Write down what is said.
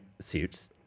suits